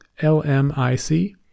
lmic